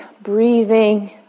breathing